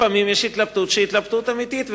לפעמים יש התלבטות שהיא התלבטות אמיתית.